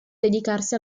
dedicarsi